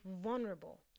vulnerable